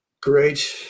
great